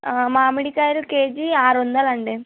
మామిడికాయలు కేజీ ఆరు వందలు అండి